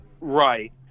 Right